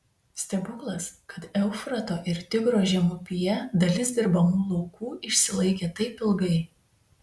stebuklas kad eufrato ir tigro žemupyje dalis dirbamų laukų išsilaikė taip ilgai